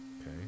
Okay